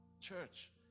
Church